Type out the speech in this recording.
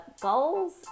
goals